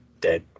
Dead